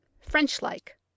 french-like